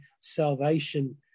salvation